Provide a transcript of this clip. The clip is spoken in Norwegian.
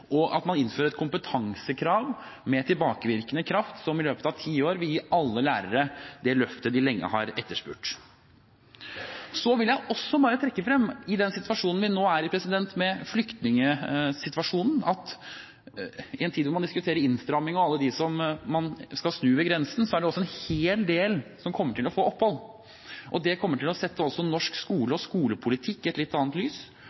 og at man innfører et kompetansekrav med tilbakevirkende kraft som i løpet av ti år vil gi alle lærere det løftet de lenge har etterspurt. Så vil jeg også bare trekke frem den flyktningsituasjonen vi nå har. I en tid da man diskuterer innstramming og alle dem som man skal snu ved grensen, er det også en hel del som kommer til å få opphold. Det kommer til å sette norsk skole og skolepolitikk i et litt annet lys.